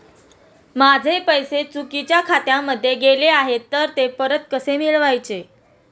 माझे पैसे चुकीच्या खात्यामध्ये गेले आहेत तर ते परत कसे मिळवायचे?